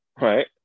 right